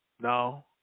No